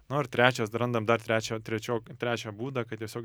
no ir trečias dar randam dar trečią trečiok trečią būdą kai tiesiog